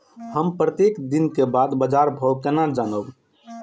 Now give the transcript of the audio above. हम प्रत्येक दिन के बाद बाजार भाव केना जानब?